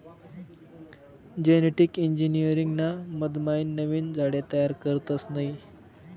genetic engineering ना मधमाईन नवीन झाडे तयार करतस नयी